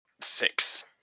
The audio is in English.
Six